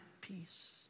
peace